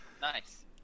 Nice